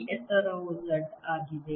ಈ ಎತ್ತರವು z ಆಗಿದೆ